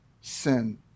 sin